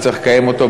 שצריך לקיים אותו,